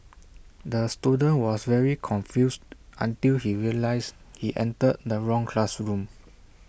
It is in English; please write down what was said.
the student was very confused until he realised he entered the wrong classroom